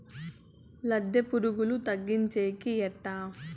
లద్దె పులుగులు తగ్గించేకి ఎట్లా?